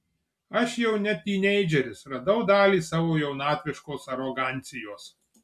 aš jau ne tyneidžeris radau dalį savo jaunatviškos arogancijos